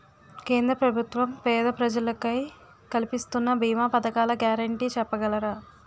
కేంద్ర ప్రభుత్వం పేద ప్రజలకై కలిపిస్తున్న భీమా పథకాల గ్యారంటీ చెప్పగలరా?